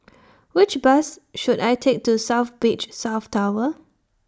Which Bus should I Take to South Beach South Tower